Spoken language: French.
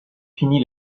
fini